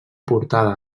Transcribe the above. portada